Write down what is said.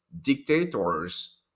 dictators